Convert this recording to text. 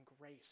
grace